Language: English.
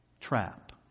trap